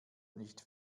nicht